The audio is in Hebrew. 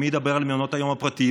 מי ידבר על מעונות היום הפרטיים,